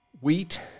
wheat